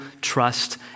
trust